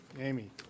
Amy